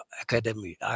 Academy